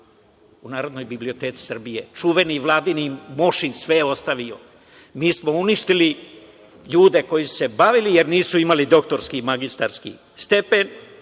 u Narodnoj biblioteci Srbije. Čuveni Vladimir Mošin sve je ostavio. Mi smo uništili ljude koji su se bavili, jer nisu imali doktorski, magistarski stepen,